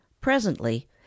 Presently